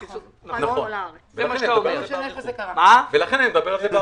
נכון, ולכן אני מדבר על זה.